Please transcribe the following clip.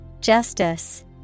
Justice